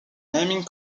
naming